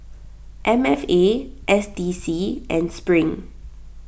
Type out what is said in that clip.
M F A S D C and Spring